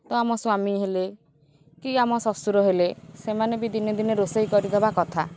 ତ ଆମ ସ୍ୱାମୀ ହେଲେ କି ଆମ ଶ୍ୱଶୁର ହେଲେ ସେମାନେ ବି ଦିନେ ଦିନେ ରୋଷେଇ କରିଦେବା କଥା